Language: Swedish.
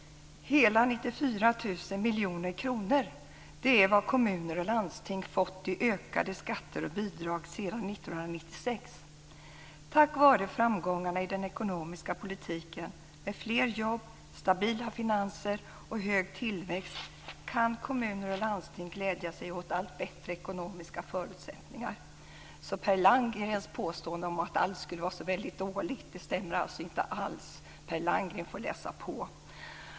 Hela 94 000 miljoner kronor är vad kommuner och landsting fått i ökade skatter och bidrag sedan 1996. Tack vare framgångarna i den ekonomiska politiken med fler jobb, stabila finanser och hög tillväxt kan kommuner och landsting glädja sig åt allt bättre ekonomiska förutsättningar. Per Landgrens påstående om att allt är så väldigt dåligt stämmer alltså inte alls. Per Landgren får läsa på.